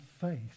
faith